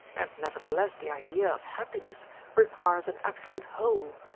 and nevertheless the idea of happiness requires an absolute whole,